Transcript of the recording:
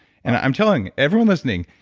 and i'm telling everyone, listening,